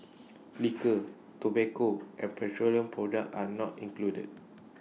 Liquor Tobacco and petroleum products are not included